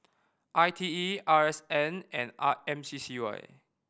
I T E R S N and R M C C Y